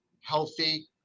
healthy